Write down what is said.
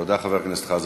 תודה, חבר הכנסת חזן.